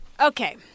Okay